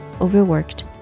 overworked